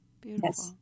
Beautiful